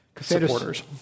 supporters